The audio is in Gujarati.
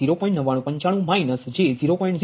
9995 મળશે તેથીV21 0